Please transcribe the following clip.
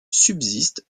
subsiste